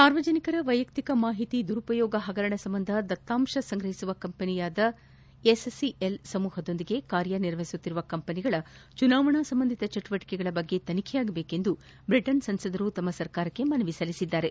ಸಾರ್ವಜನಿಕರ ವ್ಲೆಯಕ್ತಿಕ ಮಾಹಿತಿ ದುರುಪಯೋಗ ಹಗರಣ ಸಂಬಂಧ ದತ್ತಾಂಶ ಸಂಗ್ರಹಿಸುವ ಕಂಪನಿಯಾದ ಎಸ್ಸಿಎಲ್ ಸಮೂಹದೊಂದಿಗೆ ಕಾರ್ಯನಿರ್ವಹಿಸುತ್ತಿರುವ ಕಂಪನಿಗಳ ಚುನಾವಣಾ ಸಂಬಂಧಿತ ಚಟುವಟಿಕೆಗಳ ಬಗ್ಗೆ ತನಿಖೆಯಾಗಬೇಕು ಎಂದು ಬ್ರಿಟನ್ ಸಂಸದರು ತಮ್ನ ಸರ್ಕಾರಕ್ಕೆ ಮನವಿ ಸಲ್ಲಿಸಿದ್ದಾರೆ